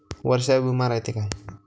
वर्षाचा बिमा रायते का?